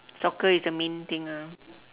soccer is the main thing ah